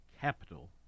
capital